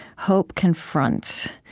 hope confronts.